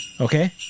Okay